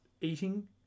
eating